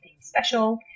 special